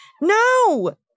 no